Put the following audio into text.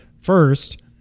First